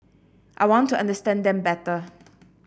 I want to understand them better